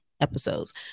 episodes